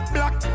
Black